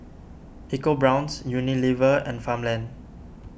EcoBrown's Unilever and Farmland